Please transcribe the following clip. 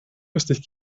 lustig